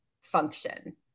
function